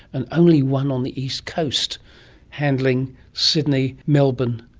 and only one on the east coast handling sydney, melbourne,